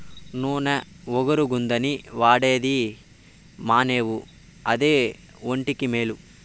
నూన ఒగరుగుందని వాడేది మానేవు అదే ఒంటికి మేలు